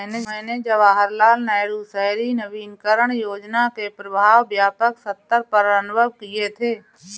मैंने जवाहरलाल नेहरू शहरी नवीनकरण योजना के प्रभाव व्यापक सत्तर पर अनुभव किये थे